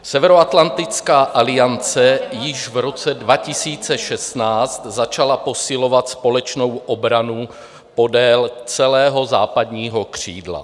Severoatlantická aliance již v roce 2016 začala posilovat společnou obranu podél celého západního křídla.